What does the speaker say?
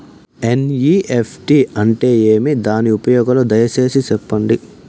NEFT అంటే ఏమి? దాని ఉపయోగాలు దయసేసి సెప్పండి?